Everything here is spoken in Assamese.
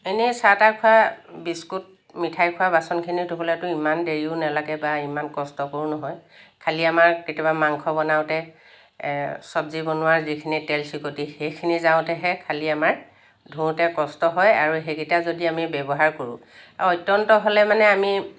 এনে চাহ তাহ খোৱা বিস্কুত মিঠাই খোৱা বাচনখিনি ধুলেটো ইমান দেৰিও নালাগে বা ইমান কষ্টকৰ নহয় খালী আমাৰ কেতিয়াবা মাংস বনাওঁতে চবজি বনোৱাৰ যিখিনি তেলচিকটি সেইখিনি যাওঁতেহে খালি আমাৰ ধোওঁতে কষ্ট হয় আৰু সেইকেইটা যদি আমি ব্যৱহাৰ কৰোঁ আৰু অতন্ত্য হ'লে মানে আমি